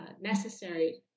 necessary